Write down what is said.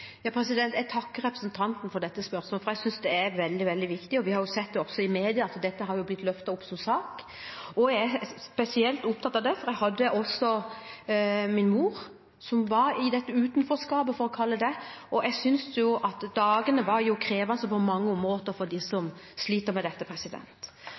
Jeg takker representanten for dette spørsmålet, for jeg synes det er veldig, veldig viktig. Vi har sett at det også i media har blitt løftet opp som sak. Jeg er spesielt opptatt av det, for jeg hadde min mor i dette utenforskapet – for å kalle det det. Jeg synes at dagene er krevende på mange områder for